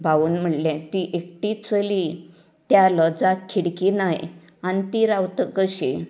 भाऊन म्हळें ती एकटीच चली त्या लॉजाक खिडकी नाय आनी ती रावतली कशीं